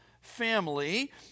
Family